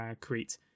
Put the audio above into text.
create